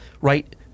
Right